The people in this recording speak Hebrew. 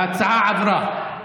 ההצעה עברה.